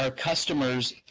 ah customers